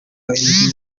inzu